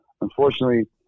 unfortunately